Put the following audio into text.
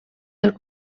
del